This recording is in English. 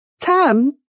Tam